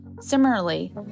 Similarly